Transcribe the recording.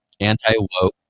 anti-woke